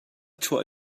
chuak